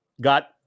got